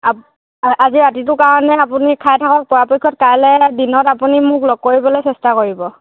আ আজি ৰাতিটো কাৰণে আপুনি খাই থাকক পৰাপক্ষত কাইলৈ দিনত আপুনি মোক লগ কৰিবলৈ চেষ্টা কৰিব